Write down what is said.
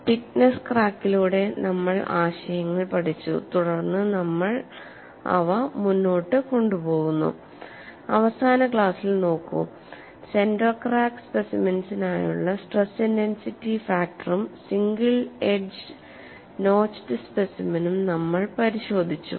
thickness ക്രാക്കിലൂടെ നമ്മൾ ആശയങ്ങൾ പഠിച്ചു തുടർന്ന് നമ്മൾ അവ മുന്നോട്ട് കൊണ്ടുപോകുന്നു അവസാന ക്ലാസ്സിൽ നോക്കൂ സെന്റർ ക്രാക്ക്ഡ് സ്പെസിമെൻസിനായുള്ള സ്ട്രെസ് ഇന്റൻസിറ്റി ഫാക്ടറും സിംഗിൾ എഡ്ജ് നോച്ച്ഡ് സ്പെസിമെനും നമ്മൾ പരിശോധിച്ചു